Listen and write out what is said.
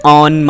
on